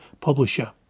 publisher